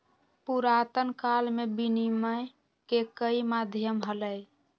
पुरातन काल में विनियम के कई माध्यम हलय